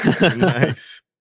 Nice